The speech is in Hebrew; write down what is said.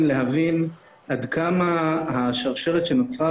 אני וגם ח"כ שרן השכל שהחוקים שלנו,